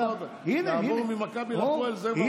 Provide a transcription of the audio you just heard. לעבור ממכבי להפועל זה כבר מוגזם.